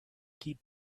keep